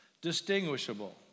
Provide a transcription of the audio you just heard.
Distinguishable